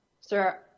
Sir